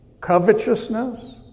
covetousness